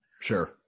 Sure